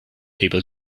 people